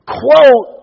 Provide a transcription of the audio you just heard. quote